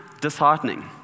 disheartening